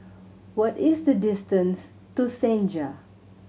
what is the distance to Senja